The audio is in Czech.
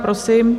Prosím.